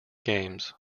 games